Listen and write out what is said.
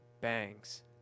bangs